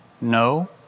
no